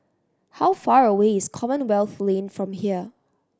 how far away is Commonwealth Lane from here